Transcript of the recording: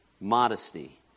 modesty